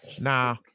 Nah